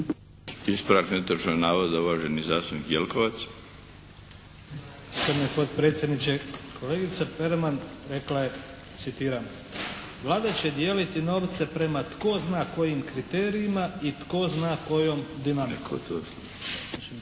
Ispravak netočnog navoda, uvaženi zastupnik Jelkovac. **Jelkovac, Vlado (HDZ)** Gospodine potpredsjedniče, kolegica Perman rekla je citiram: "Vlada će dijeliti novce prema tko zna kojim kriterijima i tko zna kojom dinamikom".